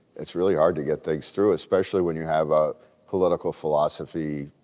it's really hard to get things through, especially when you have a political philosophy,